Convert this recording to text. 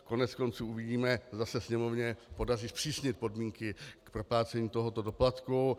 Koneckonců uvidíme, zda se Sněmovně podaří zpřísnit podmínky k proplácení tohoto doplatku.